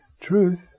Truth